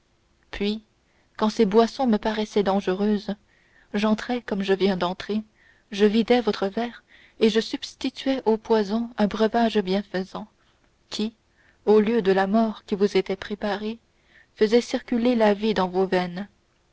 puis quand ces boissons me paraissaient dangereuses j'entrais comme je viens d'entrer je vidais votre verre et je substituais au poison un breuvage bienfaisant qui au lieu de la mort qui vous était préparée faisait circuler la vie dans vos veines